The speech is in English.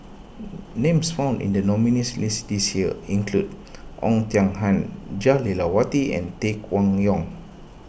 names found in the nominees' list this year include Oei Tiong Ham Jah Lelawati and Tay Kwang Yong